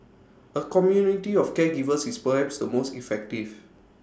A community of caregivers is perhaps the most effective